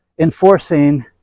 enforcing